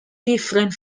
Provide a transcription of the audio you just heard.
different